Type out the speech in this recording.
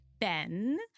Ben